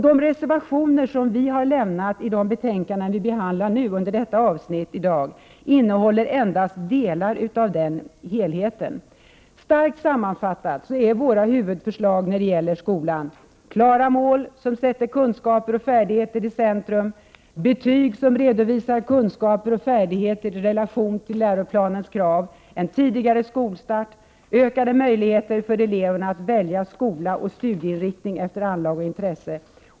De reservationer som vi har lämnat i de betänkanden som behandlas under detta avsnitt innehåller endast delar av den helheten. Starkt sammanfattat är våra huvudförslag beträffande skolan: Klara mål som sätter kunskaper och färdigheter i centrum. Ökade möjligheter för eleverna att välja skola och studieinriktning efter anlag och intresse.